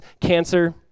cancer